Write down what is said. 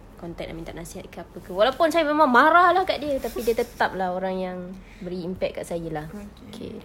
contact dia minta nasihat ke apa ke walaupun saya memang marah lah dekat dia tetap lah orang yang beri impact kepada saya lah okay